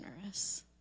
generous